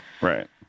Right